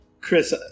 chris